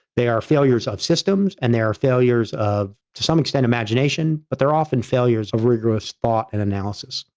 they are failures of systems. and they are failures of to some extent imagination, but they're often failures of rigorous thought and analysis.